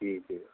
جی جی